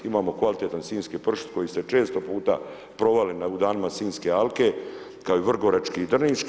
Imamo kvaliteta sinjski pršut koji ste često puta probali u danima Sinjske alke kao i vrgorački i drniški.